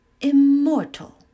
immortal